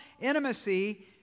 intimacy